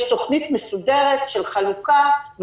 יש תוכנית מסודרת של חלוקה.